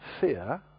fear